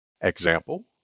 Example